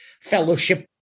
fellowship